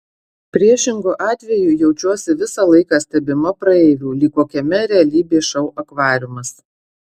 priešingu atveju jaučiuosi visą laiką stebima praeivių lyg kokiame realybės šou akvariumas